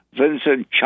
Vincent